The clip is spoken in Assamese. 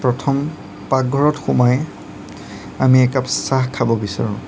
প্ৰথম পাকঘৰত সোমাই আমি একাপ চাহ খাব বিচাৰোঁ